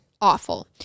Awful